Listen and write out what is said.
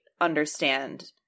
understand